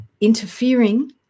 interfering